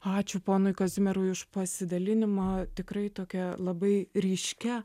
ačiū ponui kazimierui už pasidalinimą tikrai tokia labai ryškia